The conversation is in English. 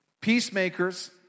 Peacemakers